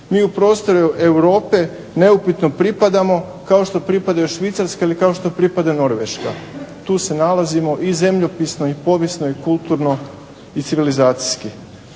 mi u prostor Europe neupitno pripadamo kao što pripada Švicarska ili kao što pripada Norveška. Tu se nalazimo i zemljopisno i povijesno i civilizacijski.